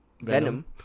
Venom